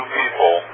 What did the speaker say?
people